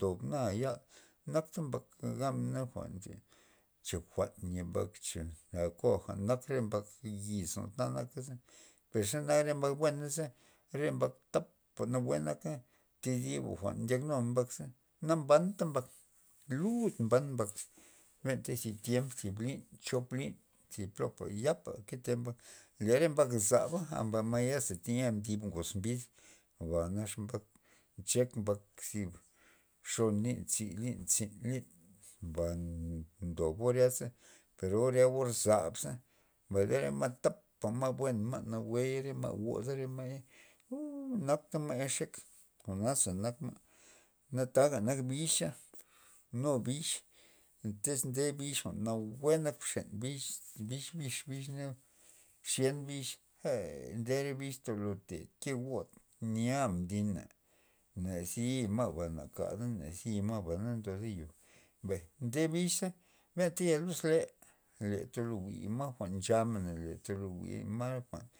dob naba yal nak mbak gabmen jwa'n nli cha jwa'n nye mbak cha koaja nak rer mbak yiz jwa'nta naka per xe nak re mbak buenaza re mbak tapa nabue naka thi diba jwa'n ndyak numen mbakza na mbanta mbak lud mban mbak mbenta zi tiemp thib lyn chop lyn len zi plopa ya pa nkete mbak, mbay re mbak zaba ma'yaza teyia dib ngoz mbid ba nax mbak nchek mbak zi xon lin tzi lin tzi'n lin ba ndob or yaza per or ya or zab za mbay le re ma' tapa buen ma' nawue re ma'ya god ya uuu nakta ma' ya xek jwa'naza nak ma' na taga nak bix za nu bix tyz nde bix nawue nak bxen bix bix- bix- bixna xyen bix eer ndere bix tolo ke god mdin nya mdina, na zi ma'ba ngada nazi ma' na ndoda yo mbay nde bix za benta ya luz le le tolo jwi' re jwa'n nchamena tolo jwi' ma re jwa'n.